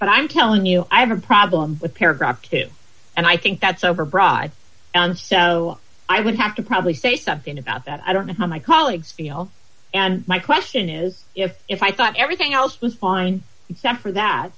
and i'm telling you i have a problem with paragraph two and i think that's over broad and so i would have to probably say something about that i don't know how my colleagues feel and my question is if if i thought everything else was fine except for that